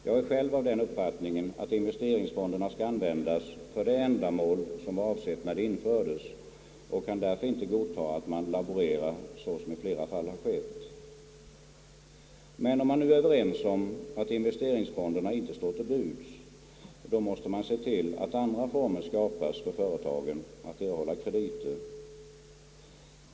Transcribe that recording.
Jag är själv av den uppfattningen att investeringsfonderna skall användas för det ändamål som var avsett när de infördes och kan därför inte godtaga att man laborerar så som i flera fall har skett. Men om man nu är överens om att investeringsfonderna inte står till buds, måste man se till att andra former skapas för företagen att erhålla krediter.